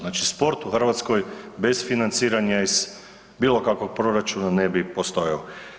Znači sport u Hrvatskoj bez financiranja iz bilo kakvog proračuna ne bi postojao.